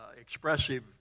expressive